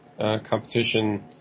competition